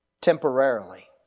temporarily